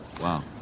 Wow